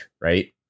right